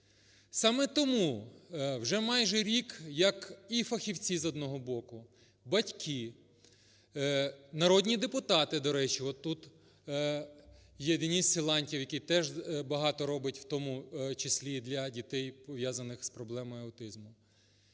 Саме тому вже майже рік як і фахівці, з одного боку, батьки, народні депутати, до речі, тут є Денис Силантьєв, який теж багато робить, в тому числі для дітей, пов'язаних з проблемою аутизму,